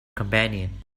companion